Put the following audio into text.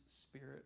spirit